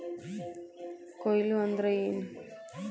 ಕೊಯ್ಲು ಅಂದ್ರ ಏನ್?